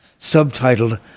subtitled